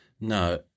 No